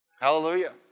Hallelujah